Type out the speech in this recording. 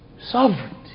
sovereignty